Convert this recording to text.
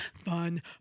Fun